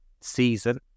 season